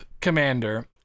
commander